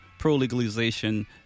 pro-legalization